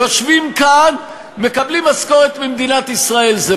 יושבים כאן, מקבלים משכורת ממדינת ישראל, זה